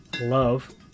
love